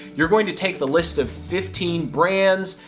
you're going to take the list of fifteen brands,